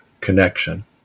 connection